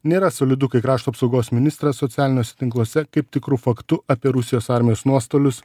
nėra solidu kai krašto apsaugos ministras socialiniuose tinkluose kaip tikru faktu apie rusijos armijos nuostolius